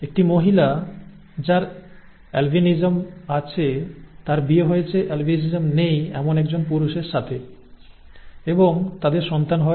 একটি মহিলা যার অ্যালবিনিজম আছে তার বিয়ে হয়েছে অ্যালবিনিজম নেই এমন একজন পুরুষের সাথে এবং তাদের সন্তান হয়